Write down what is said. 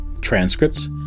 Transcripts